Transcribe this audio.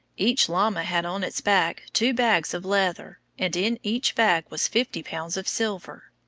each llama had on its back two bags of leather, and in each bag was fifty pounds of silver.